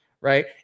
Right